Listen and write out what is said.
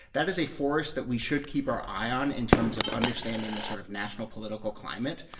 that is a force that we should keep our eye on in terms of understanding the sort of national political climate.